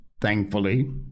thankfully